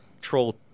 Troll